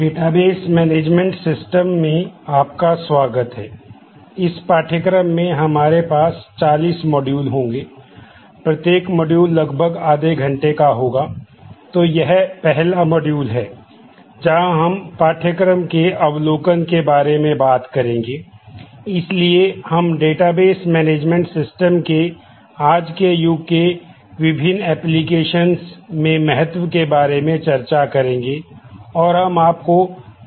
database management system में महत्व के बारे में चर्चा करेंगे और हम आपको पाठ्यक्रम के विभिन्न पहलुओं से परिचित करवाएंगे